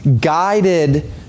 guided